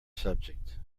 subject